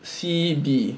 C B